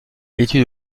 études